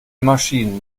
maschinen